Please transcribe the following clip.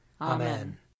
Amen